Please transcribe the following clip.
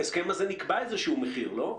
בהסכם הזה נקבע איזשהו מחיר, לא?